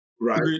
Right